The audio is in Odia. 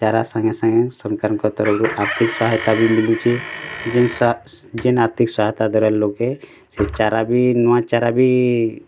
ଚାରା ସାଙ୍ଗେ ସାଙ୍ଗେ ସରକାରଙ୍କ ତରଫରୁ ଆର୍ଥିକ ସାହାୟତା ବି ମିଳୁଛି ଜିନ୍ ଆର୍ଥିକ ସାହାୟତା ଦ୍ୱାରା ଲୋକେ ସେ ଚାରା ବି ନୂଆ ଚାରା ବି